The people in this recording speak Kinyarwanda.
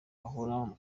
bahora